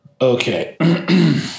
Okay